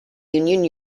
union